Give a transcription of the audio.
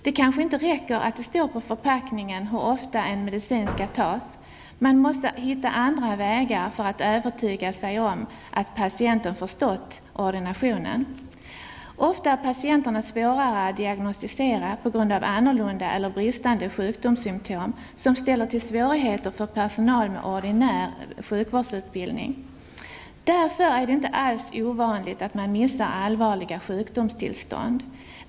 Det kanske inte räcker att det står på förpackningen hur ofta en medicin skall tas, utan man måste hitta andra vägar för att övertyga sig om att patienten förstått ordinationen. Ofta är patienterna svåra att diagnostisera på grund av annorlunda eller bristande sjukdomssymptom, som ställer till svårigheter för personal med ordinär sjukvårdsutbildning. Därför är det inte alls ovanligt att personalen missar allvarliga sjukdomstillstånd.